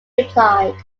replied